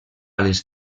les